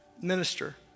minister